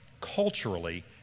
culturally